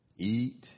eat